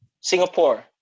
Singapore